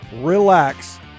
relax